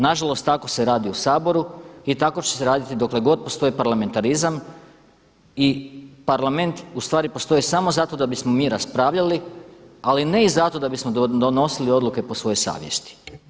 Nažalost, tako se radi u Saboru i tako će se raditi dok postoji parlamentarizam i Parlament postoji samo zato da bismo mi raspravljali, ali ne i zato da bismo donosili odluke po svojoj savjesti.